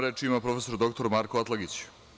Reč ima prof. dr Marko Atlagić.